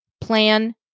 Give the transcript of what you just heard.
plan